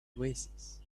oasis